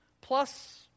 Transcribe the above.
plus